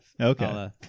Okay